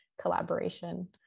collaboration